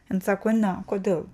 jin sako ne o kodėl